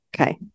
Okay